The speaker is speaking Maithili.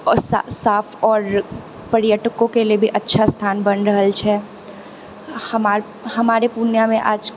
साफ आओर साफ आओर पर्यटकोके लिए भी अच्छा स्थान बनि रहल छै हमर हमारे पुर्णियाँमे आज